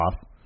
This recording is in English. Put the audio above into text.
off